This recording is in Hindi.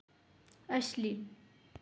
असली